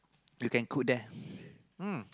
you can cook there ah